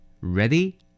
Ready